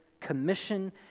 commission